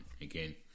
Again